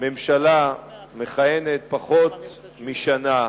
ממשלה מכהנת פחות משנה,